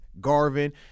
Garvin